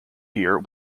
here